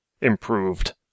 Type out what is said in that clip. improved